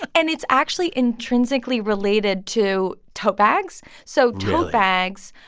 and it's actually intrinsically related to tote bags. so tote bags.